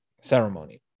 ceremony